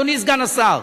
אדוני סגן השר,